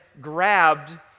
grabbed